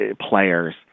players